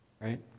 right